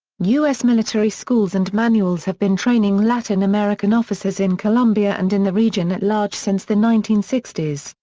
us military schools and manuals have been training latin american officers in colombia and in the region at large since the nineteen sixty s,